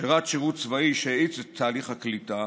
ושירת שירות צבאי שהאיץ את תהליך הקליטה